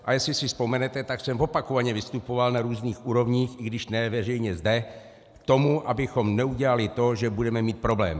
A jestli si vzpomenete, tak jsem opakovaně vystupoval na různých úrovních, i když ne veřejně zde, k tomu, abychom neudělali to, že budeme mít problém.